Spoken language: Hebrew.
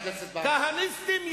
כשמדברים על רגש אנושי, כהניסטים ישתקו.